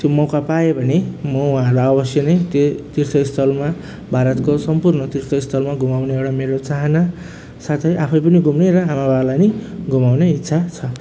त्यो मौका पाएँ भने म उहाँलाई अवश्य नै त्यो तीर्थस्थलमा भारतको सम्पूर्ण तीर्थस्थलमा घुमाउने एउटा मेरो चाहना साथै आफै पनि घुम्ने र आमाबाबालाई पनि घुमाउने इच्छा छ